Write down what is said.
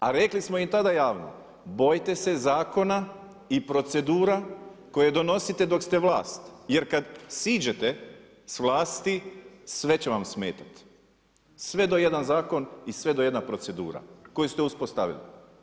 A rekli smo im tada javno bojite se zakona i procedura koje donosite dok ste vlast jer kada siđete s vlasti sve će vam smetati, sve do jedan zakon i sve do jedna procedura koju ste uspostavili.